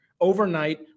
Overnight